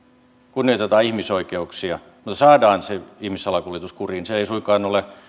kunnioitetaan ihmisoikeuksia mutta saadaan se ihmissalakuljetus kuriin se ei suinkaan ole